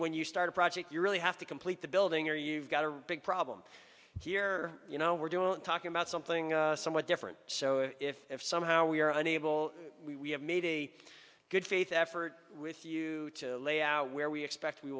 when you start a project you really have to complete the building or you've got a big problem here you know we're doing talking about something somewhat different so if somehow we are unable we have made a good faith effort with you to lay out where we expect